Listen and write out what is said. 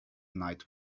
night